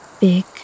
big